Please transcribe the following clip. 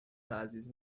عزیز